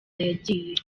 yagiye